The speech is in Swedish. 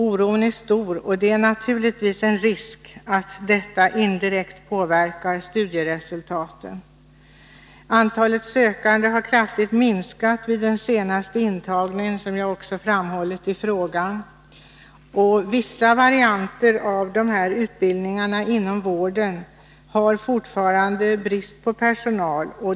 Oron är stor, och det finns naturligtvis en risk att detta indirekt påverkar studieresultaten. Antalet sökande har kraftigt minskat vid den senaste antagningen, som jag också framhållit i frågan. Vissa varianter av dessa utbildningar inom vården har fortfarande brist på personal.